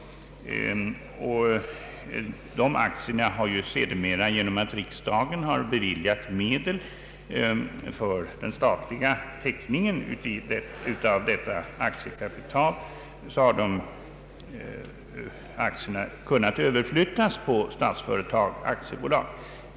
Genom att riksdagen beviljat medel för den statliga teckningen av detta aktiekapital, har aktierna sedermera kunnat överflyttas på Statsföretag AB.